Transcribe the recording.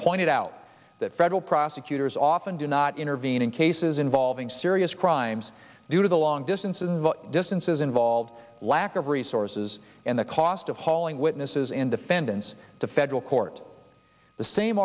pointed out that federal prosecutors often do not intervene in cases involving serious crimes due to the long distances involved distances involved lack of resources and the cost of hauling witnesses and defendants to federal court the same